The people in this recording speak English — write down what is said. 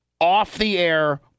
off-the-air